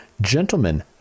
Gentlemen